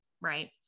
right